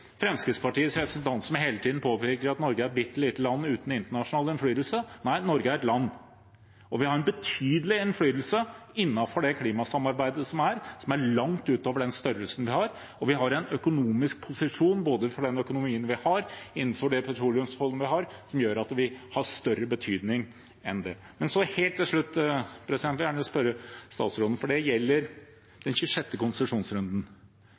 Fremskrittspartiets representant som hele tiden påpeker at Norge er et bittelite land uten internasjonal innflytelse: Nei, Norge er et land, og vi har en betydelig innflytelse innenfor det klimasamarbeidet som er, som er langt utover den størrelsen vi har, og vi har en økonomisk posisjon, både med den økonomien vi har, og innenfor det petroleumsfondet vi har, som gjør at vi har større betydning enn det. Helt til slutt vil jeg gjerne spørre statsråden om noe som gjelder den 26. konsesjonsrunden.